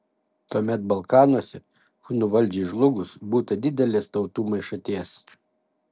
tuomet balkanuose hunų valdžiai žlugus būta didelės tautų maišaties